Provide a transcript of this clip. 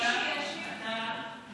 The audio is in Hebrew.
אחמד, אתה לא בא להחליף אותי?